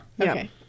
Okay